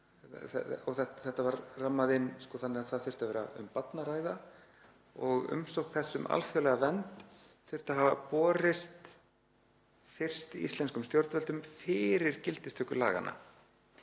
— þetta var rammað inn þannig að það þyrfti að vera um barn að ræða og umsókn þess um alþjóðlega vernd þyrfti að hafa borist fyrst íslenskum stjórnvöldum fyrir gildistöku laganna